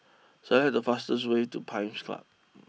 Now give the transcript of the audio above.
select the fastest way to Pines Club